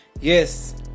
Yes